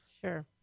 Sure